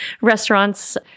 restaurants